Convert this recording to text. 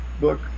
book